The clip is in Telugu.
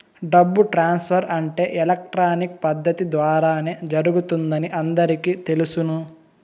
డబ్బు ట్రాన్స్ఫర్ అంటే ఎలక్ట్రానిక్ పద్దతి ద్వారానే జరుగుతుందని అందరికీ తెలుసును